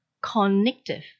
connective